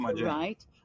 right